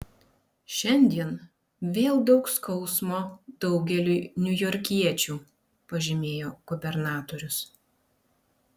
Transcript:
šiandien vėl daug skausmo daugeliui niujorkiečių pažymėjo gubernatorius